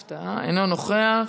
הפתעה, אינו נוכח,